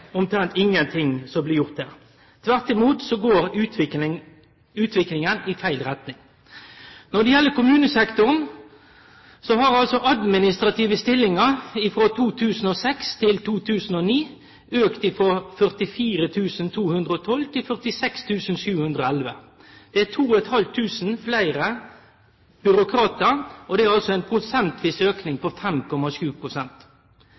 er omtrent ingenting som blir gjort. Tvert imot går utviklinga i feil retning. Når det gjeld kommunesektoren, har administrative stillingar frå 2006 til 2009 auka frå 44 212 til 46 711. Det er 2 500 fleire byråkratar, og ein prosentvis